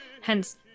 hence